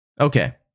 Okay